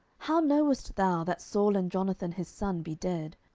how knowest thou that saul and jonathan his son be dead?